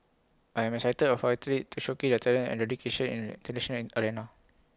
I am excited for athletes to showcase their talents and dedication in tradition arena